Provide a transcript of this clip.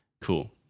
Cool